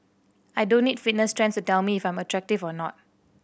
I don't need fitness trends to tell me if I'm attractive or not